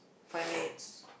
five minutes